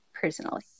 personally